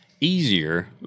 easier